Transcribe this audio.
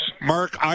Mark